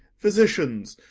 physicians,